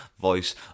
voice